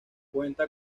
cuenta